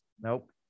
Nope